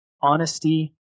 honesty